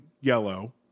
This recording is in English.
yellow